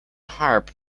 harp